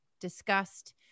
discussed